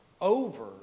over